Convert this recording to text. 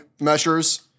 measures